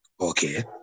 Okay